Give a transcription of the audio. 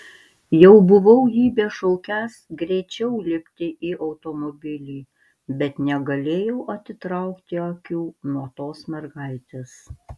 jau buvau jį bešaukiąs greičiau lipti į automobilį bet negalėjau atitraukti akių nuo tos mergaitės